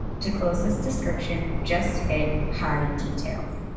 to close this description just hit hide details.